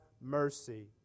mercy